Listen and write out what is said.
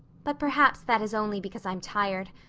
but perhaps that is only because i'm tired.